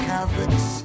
Catholics